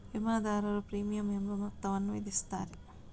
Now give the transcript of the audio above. ವಿಮಾದಾರರು ಪ್ರೀಮಿಯಂ ಎಂಬ ಮೊತ್ತವನ್ನು ವಿಧಿಸುತ್ತಾರೆ